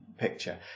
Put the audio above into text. picture